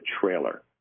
trailer